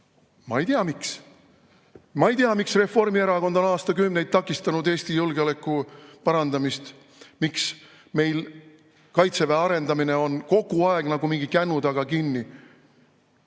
ei tea, miks Reformierakond on aastakümneid takistanud Eesti julgeoleku parandamist, miks meil Kaitseväe arendamine on kogu aeg nagu mingi kännu taga kinni.